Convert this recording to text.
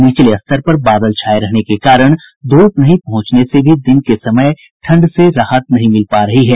निचले स्तर पर बादल छाये रहने के कारण धूप नहीं पहुंचने से भी दिन के समय ठंड से राहत नहीं मिल रही है